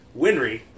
Winry